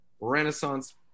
Renaissance